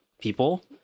people